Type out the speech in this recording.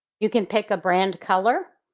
you can pick a brand color.